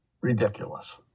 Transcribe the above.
Ridiculous